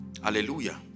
Hallelujah